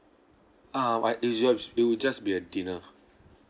uh why it'll just it will just be a dinner